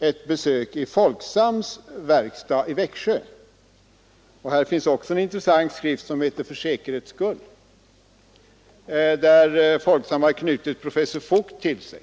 ett besök i Folksams verkstad i Växjö. Folksam har också en intressant skrift, som heter För säkerhets skull, och för denna skrift har Folksam knutit professor Voigt till sig.